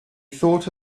thought